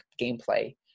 gameplay